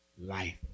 life